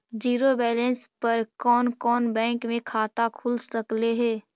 Zero balance पर कोन कोन बैंक में खाता खुल सकले हे?